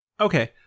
Okay